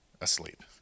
asleep